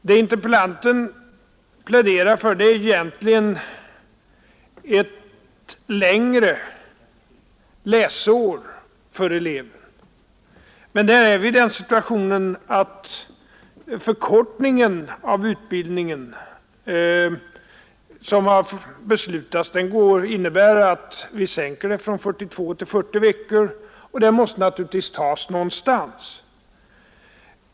Det interpellanten pläderar för är egentligen ett längre läsår för eleven, men där är vi i den situationen att den beslutade förkortningen av utbildningen, vi minskar tiden från 42 till 40 veckor, naturligtvis måste tas någonstans.